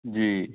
जी